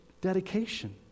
Dedication